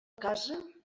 casa